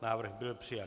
Návrh byl přijat.